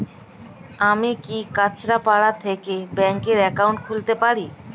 আমি কি কাছরাপাড়া থেকে ব্যাংকের একাউন্ট খুলতে পারি?